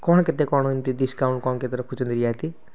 କଣ କେତେ କଣ ଏମିତି ଡିସକାଉଣ୍ଟ୍ କଣ କେତେ ରଖୁଛନ୍ତି ରିହାତି